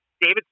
David